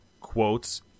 quotes